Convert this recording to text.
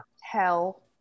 hell